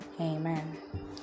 Amen